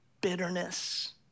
bitterness